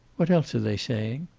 what else are they saying?